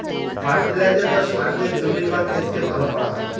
fertiliser বা সার দিয়ে জমির বা ক্ষেতকে ভালো করা হয়